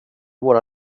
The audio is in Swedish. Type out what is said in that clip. våra